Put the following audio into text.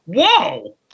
Whoa